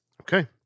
Okay